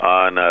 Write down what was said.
on